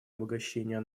обогащения